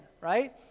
right